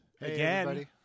again